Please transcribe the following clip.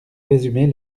résumer